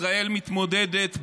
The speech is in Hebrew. ישראל מתמודדת בנחישות,